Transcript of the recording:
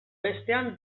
bestean